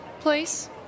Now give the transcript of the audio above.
place